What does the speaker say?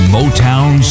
Motown